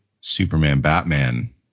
Superman-Batman